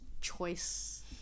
choice